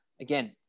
again